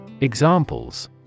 Examples